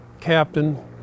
Captain